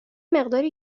مقداری